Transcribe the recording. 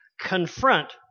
confront